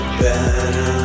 better